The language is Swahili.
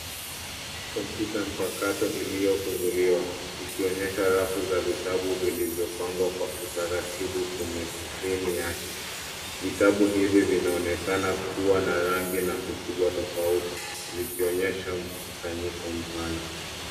Kompyuta mpakato iliofunguliwa ikionyesha rafu za vitabu vilivyopangwa kwa utaratibu kwenye skrini yake. Vitabu hivi vinaonekana kuwa na rangi na ukubwa tofauti zikionyesha mkusanyiko mpana.